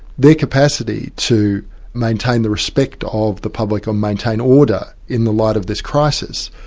their capacity to maintain the respect of the public or maintain order in the light of this crisis,